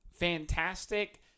fantastic